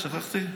שכחתי,